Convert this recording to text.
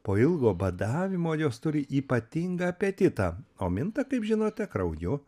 po ilgo badavimo jos turi ypatingą apetitą o minta kaip žinote krauju